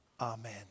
Amen